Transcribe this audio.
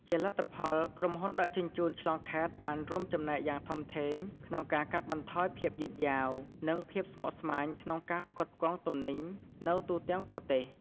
ជាលទ្ធផល ក្រុមហ៊ុនដឹកជញ្ជូនឆ្លងខេត្តបានរួមចំណែកយ៉ាងធំធេងក្នុងការកាត់បន្ថយភាពយឺតយ៉ាវ និងភាពស្មុគស្មាញក្នុងការផ្គត់ផ្គង់ទំនិញនៅទូទាំងប្រទេស។